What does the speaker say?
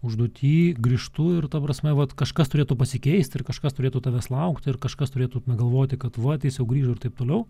užduoty grįžtų ir ta prasme vat kažkas turėtų pasikeisti ir kažkas turėtų tavęs laukti ir kažkas turėtų galvoti kad vat jis jau grįžo ir taip toliau